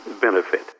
benefit